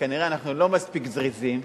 וכנראה אנחנו לא מספיק זריזים,